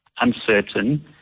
uncertain